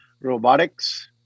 robotics